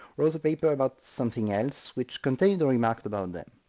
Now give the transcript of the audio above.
wrote a paper about something else which contained a remark about them.